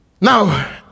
Now